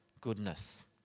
goodness